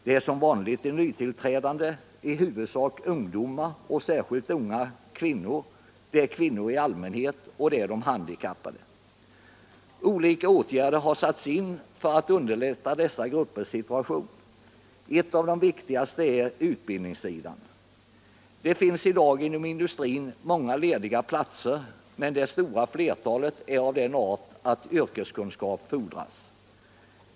Det är som vanligt de nytillträdande — i huvudsak ungdomar och unga kvinnor, kvinnor i allmänhet och de handikappade. Olika åtgärder har satts in för att underlätta dessa gruppers situation. En av de viktigaste gäller utbildningssidan. Det finns i dag inom industrin många lediga platser, men det stora flertalet är av den art att yrkeskunskap erfordras.